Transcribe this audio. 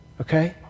okay